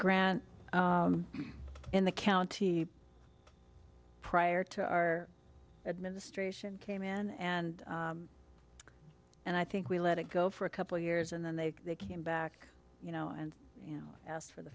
grant in the county prior to our administration came in and and i think we let it go for a couple years and then they came back you know and you know asked for the